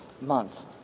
month